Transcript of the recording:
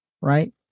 Right